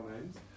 names